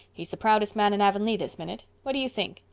he's the proudest man in avonlea this minute. what do you think?